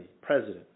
president